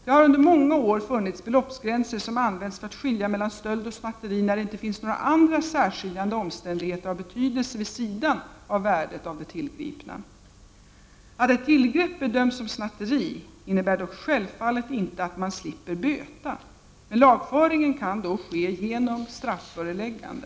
Det har under många år funnits beloppsgränser som använts för att skilja mellan stöld och snatteri när det inte finns några andra särskiljande omständigheter av betydelse vid sidan av värdet av det tillgripna. Att ett tillgrepp bedöms som snatteri innebär dock självfallet inte att man slipper böta, men lagföringen kan då ske genom strafföreläggande.